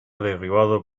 derribado